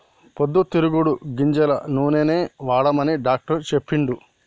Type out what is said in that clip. పొద్దు తిరుగుడు గింజల నూనెనే వాడమని డాక్టర్ చెప్పిండు